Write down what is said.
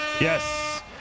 Yes